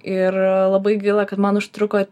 ir labai gaila kad man užtruko